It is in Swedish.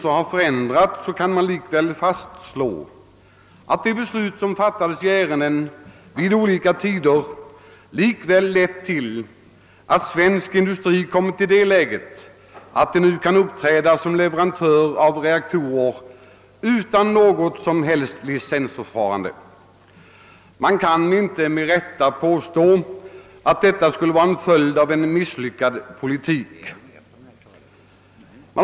Och hur betingelserna sedan än har förändrats, har de beslut som fattades vid denna och andra tidpunkter likväl lett till att svensk industri nu kan uppträda som leverantör av reaktorer utan något som helst licensförfarande. Man kan inte påstå, att detta skulle vara en misslyckad politik.